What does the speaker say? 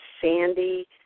Sandy